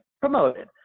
promoted